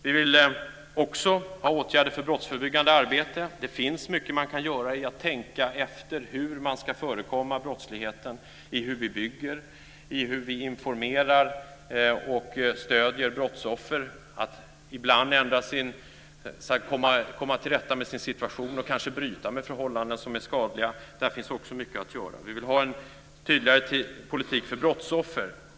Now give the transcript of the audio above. Vi vill också ha åtgärder för brottsförebyggande arbete. Det finns mycket som man kan göra genom att tänka efter hur man ska förekomma brottsligheten, i hur vi bygger, i hur vi informerar och stöder brottsoffer. Ibland kan det handla om att komma till rätta med sin situation och kanske bryta med förhållanden som är skadliga. Där finns också mycket att göra. Vi vill ha en tydligare politik för brottsoffer.